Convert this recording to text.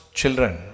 children